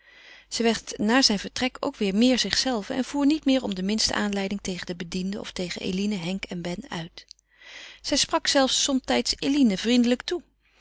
zij werd na zijn vertrek ook weêr meer zichzelve en voer niet meer om de minste aanleiding tegen de bedienden of tegen eline henk en ben uit zij sprak zelfs somtijds eline vriendelijk toe